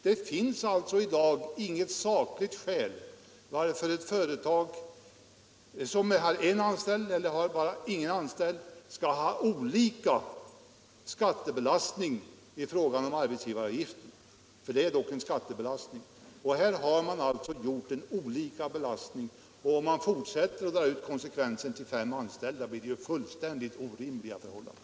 Det finns alltså i dag inget sakligt skäl till att ett företag med bara en anställd eller ingen anställd skall ha olika skattebelastning i fråga om arbetsgivaravgiften — för det är dock en skattebelastning. Här har man alltså olika belastning, och om man fortsätter och drar ut konsekvenserna av dessa regler till att gälla företag med fem anställda, blir det fullständigt orimliga förhållanden.